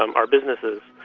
um our businesses,